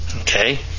Okay